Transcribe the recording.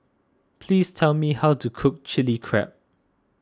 please tell me how to cook Chilli Crab